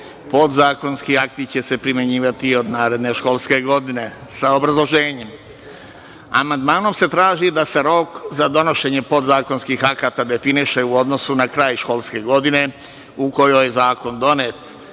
podzakonski akti će se primenjivati od naredne školske godine.“Sa obrazloženjem, amandmanom se traži da se rok za donošenje podzakonskih akata definiše u odnosu na kraj školske godine u kojoj je zakon donet.